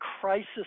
crisis